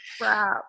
crap